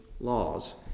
laws